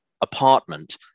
apartment